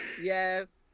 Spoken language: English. Yes